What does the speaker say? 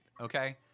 Okay